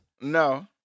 No